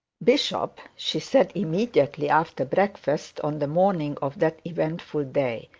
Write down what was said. bishop, she said, immediately after breakfast, on the morning of that eventful day,